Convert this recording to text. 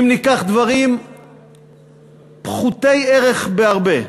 אם ניקח דברים פחותי ערך בהרבה,